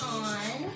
on